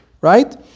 Right